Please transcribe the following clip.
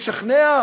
משכנע,